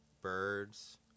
birds